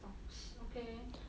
stocks okay